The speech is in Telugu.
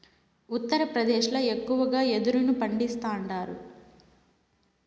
ఉత్తరప్రదేశ్ ల ఎక్కువగా యెదురును పండిస్తాండారు